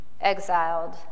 exiled